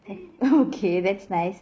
okay that's nice